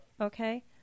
Okay